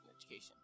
education